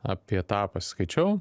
apie ta pasiskaičiau